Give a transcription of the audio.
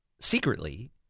secretly